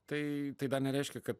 tai tai dar nereiškia kad